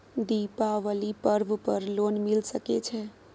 दीपावली पर्व पर लोन मिल सके छै?